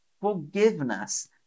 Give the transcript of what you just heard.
forgiveness